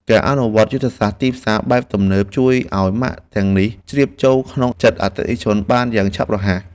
ការអនុវត្តយុទ្ធសាស្ត្រទីផ្សារបែបទំនើបជួយឱ្យម៉ាកទាំងនេះជ្រាបចូលក្នុងចិត្តអតិថិជនបានយ៉ាងឆាប់រហ័ស។